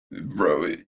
bro